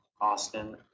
Austin